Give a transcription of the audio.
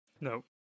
no